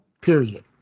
Period